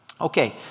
Okay